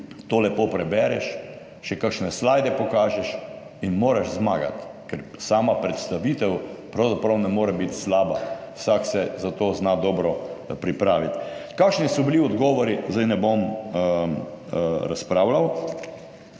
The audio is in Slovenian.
To lepo prebereš, še kakšne slajde pokažeš in moraš zmagati, ker sama predstavitev pravzaprav ne more biti slaba, vsak se za to zna dobro pripraviti. Kakšni so bili odgovori, zdaj ne bom razpravljal,